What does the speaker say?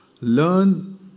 Learn